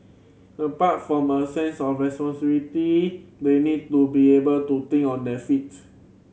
apart from a sense of responsibility they need to be able to think on their feet